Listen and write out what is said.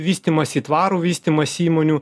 vystymąsi į tvarų vystymąsi įmonių